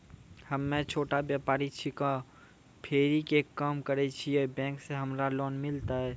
हम्मे छोटा व्यपारी छिकौं, फेरी के काम करे छियै, बैंक से हमरा लोन मिलतै?